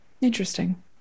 Interesting